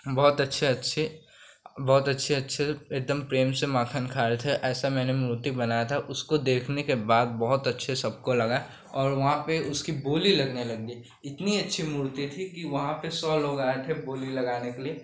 बहुत अच्छे अच्छे बहुत अच्छे अच्छे एकदम प्रेम से माखन खा रहे थे ऐसी मैंने मूर्ति बनाई थी उसको देखने के बाद बहुत अच्छा सबको लगा और वहाँ पर उसकी बोली लगने लग गई इतनी अच्छी मूर्ति थी कि वहाँ पर सौ लोग आए थे बोली लगाने के लिए